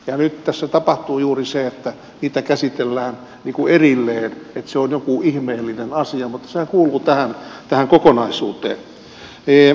nyt tässä tapahtuu juuri se että niitä käsitellään erillään että se on jokin ihmeellinen asia mutta sehän kuuluu tähän kokonaisuuteen